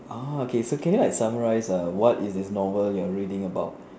orh okay so can you like summarize err what is this novel you are reading about